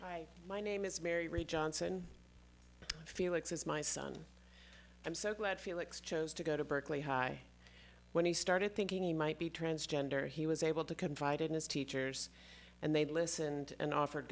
hi my name is mary ray johnson felix is my son i'm so glad felix chose to go to berkeley high when he started thinking he might be transgender he was able to confide in his teachers and they listened and offered